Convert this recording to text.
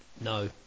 No